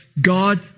God